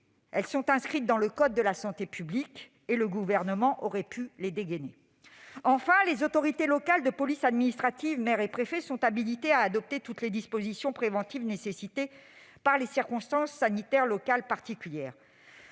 elles sont inscrites dans le code de la santé publique et le Gouvernement aurait pu les dégainer. Enfin, les autorités locales de police administrative- maires et préfets -sont habilitées à adopter toutes les dispositions préventives nécessitées par les circonstances sanitaires locales particulières.